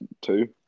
two